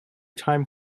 time